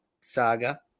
saga